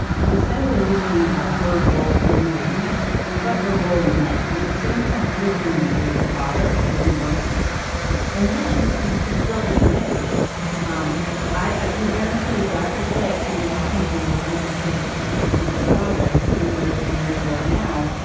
so instead of it always being about her role in the business how about her role in life like the same kind of coaching you would do as a father if she wasn't working for you and then you've built a bridge um i i can guarantee you. god forbid something happened to you like you just said it happened to your father three years from where you are now.